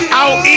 out